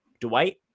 dwight